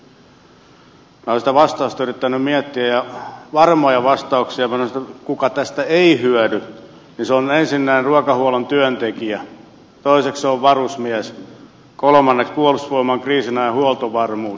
minä olen sitä vastausta yrittänyt miettiä ja varmoja vastauksia kuka tästä ei hyödy on ensinnäkin ruokahuollon työntekijä toiseksi se on varusmies kolmanneksi puolustusvoimain kriisinajan huoltovarmuus